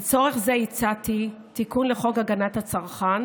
לצורך זה הצעתי תיקון לחוק הגנת הצרכן